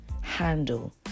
Handle